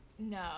No